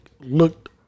looked